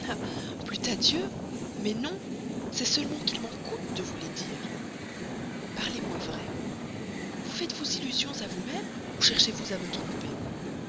plût à dieu mais non c'est seulement qu'il m'en coûte de vous les dire parlez-moi vrai vous faites-vous illusion à vous-même ou cherchez-vous à me tromper